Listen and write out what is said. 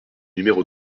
numéro